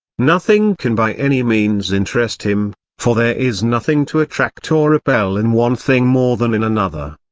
nothing can by any means interest him, for there is nothing to attract or repel in one thing more than in another.